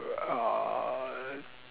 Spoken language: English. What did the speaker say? uh